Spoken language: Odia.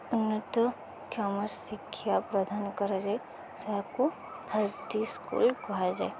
ଉନ୍ନତକ୍ଷମ ଶିକ୍ଷା ପ୍ରଦାନ କରାଯାଏ ତାହାକୁ ଫାଇଭ୍ ଟି ସ୍କୁଲ୍ କୁହାଯାଏ